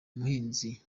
umuhinzi